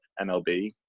MLB